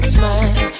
Smile